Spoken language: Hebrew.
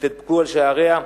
ויתדפקו על שעריה.